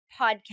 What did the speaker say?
podcast